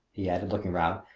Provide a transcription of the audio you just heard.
he added, looking round,